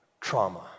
trauma